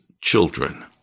children